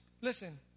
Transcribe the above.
Listen